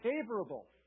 favorable